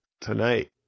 tonight